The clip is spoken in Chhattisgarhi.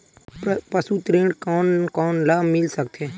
पशु ऋण कोन कोन ल मिल सकथे?